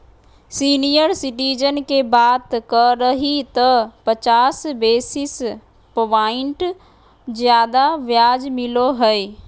senior citizen के बात करही त पचास बेसिस प्वाइंट ज्यादा ब्याज मिलो हइ